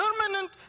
permanent